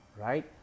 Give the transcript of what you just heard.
Right